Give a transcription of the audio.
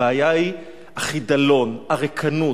הבעיה היא החידלון, הריקנות.